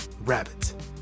rabbit